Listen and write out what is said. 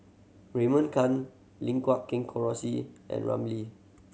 Raymond Kang Lim Guat Kheng Rosie and Ramli